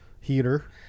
heater